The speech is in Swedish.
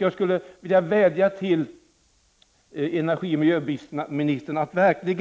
Jag skulle vilja lägga miljöoch energiministern verkligt